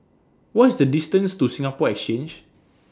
What IS The distance to Singapore Exchange